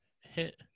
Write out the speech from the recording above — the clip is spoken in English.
hit